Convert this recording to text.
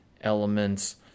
elements